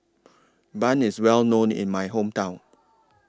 Bun IS Well known in My Hometown